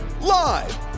Live